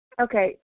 Okay